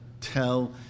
tell